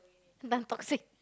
Tan-Tock-Seng